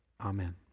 Amen